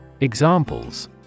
Examples